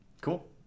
Cool